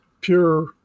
pure